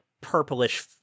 purplish